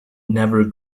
never